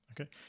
Okay